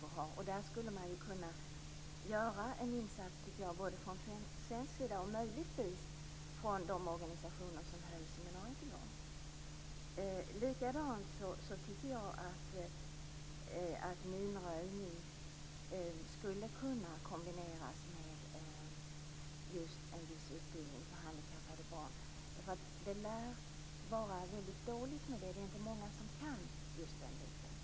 På den punkten skulle man kunna göra en insats från svensk sida och möjligtvis från de organisationer som höll seminariet i går. Jag tycker att minröjning skulle kunna kombineras med en utbildning för handikappade barn. Det lär vara dåligt med det, och det är inte många som har kunskaper på det området.